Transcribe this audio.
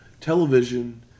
television